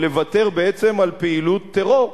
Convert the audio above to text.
או: לוותר על פעילות טרור,